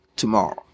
tomorrow